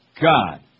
God